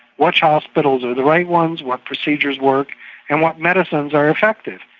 which hospitals are the right ones, what procedures work and what medicines are effective.